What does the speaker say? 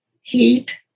heat